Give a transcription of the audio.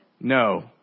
No